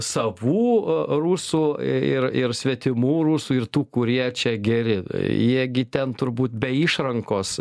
savų a rusų ir ir svetimų rusų ir tų kurie čia geri jie gi ten turbūt be išrankos